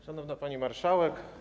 Szanowna Pani Marszałek!